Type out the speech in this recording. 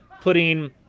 putting